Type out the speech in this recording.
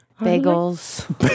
Bagels